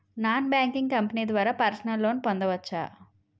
Non banking company ద్వారా personal loan పొందవచ్చా?